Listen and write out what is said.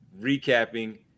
recapping